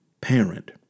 parent